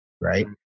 right